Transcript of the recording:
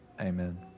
Amen